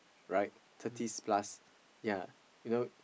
right thirties plus right ya you know